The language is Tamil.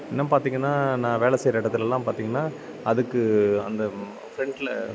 இன்னும் பார்த்தீங்கன்னா நான் வேலை செய்கிற இடத்துலல்லாம் பார்த்தீங்கன்னா அதுக்கு அந்த ஃப்ரெண்ட்டில்